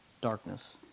darkness